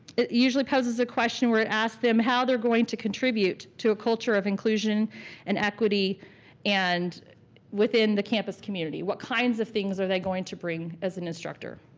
it usually poses a question where it asks them how they're going to contribute to a culture of inclusion and equity and within the campus community. what kinds of things are they going to bring as an instructor?